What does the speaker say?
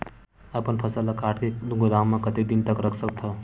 अपन फसल ल काट के गोदाम म कतेक दिन तक रख सकथव?